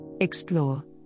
Explore